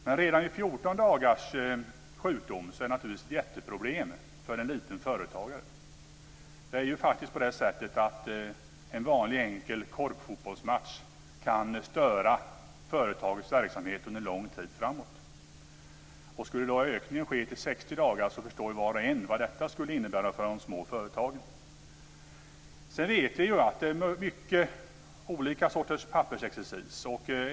Men redan vid 14 dagars sjukdom är det naturligtvis ett jätteproblem för en liten företagare. En vanlig enkel korpfotbollsmatch kan ju faktiskt störa företagets verksamhet under en lång tid framåt. Om det skulle bli en ökning till 60 dagar förstår ju var och en vad det skulle innebära för de små företagen. Vi vet att det är många olika sorters pappersexercis.